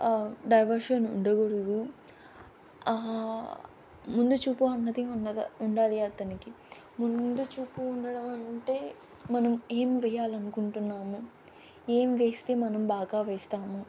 diversion ఉండకూడదు ముందు చూపు అన్నది ఉన్నదా ఉండాలి అతనికి ముందు చూపు ఉండడం అంటే మనం ఏం వెయ్యాలనుకుంటున్నాము ఏం వేస్తే మనం బాగా వేస్తాము